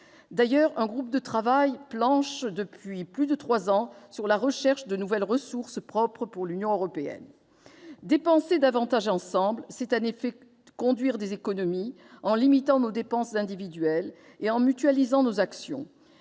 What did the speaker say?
D'ailleurs, un groupe de travail planche depuis plus de trois ans sur la recherche de nouvelles ressources propres pour l'Union européenne. Dépenser davantage ensemble, c'est en effet conduire des économies, en limitant nos dépenses individuelles et en mutualisant nos actions.